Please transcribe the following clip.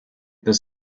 this